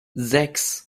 sechs